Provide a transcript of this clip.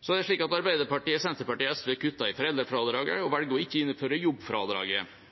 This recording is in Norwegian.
Så er det slik at Arbeiderpartiet, Senterpartiet og SV kutter i foreldrefradraget og velger å ikke innføre jobbfradraget.